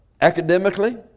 academically